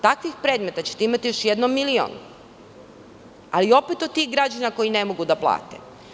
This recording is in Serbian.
Takvih predmeta ćete imati bar milion, ali opet od tih građana koji ne mogu da plate.